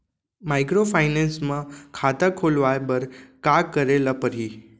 Microfinance bank म खाता खोलवाय बर का करे ल परही?